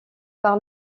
par